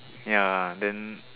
ya then